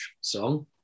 song